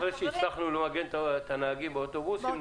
אחרי שהצלחנו למגן את הנהגים באוטובוסים,